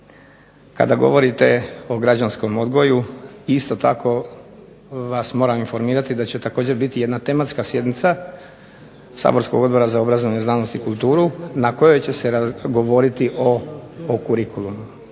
Kada govorite o građanskom odgoju, isto tako vas moram informirati da će također biti jedna tematska sjednica saborskog Odbora za obrazovanje, znanost i kulturu, na kojoj će se govoriti o kurikulumu,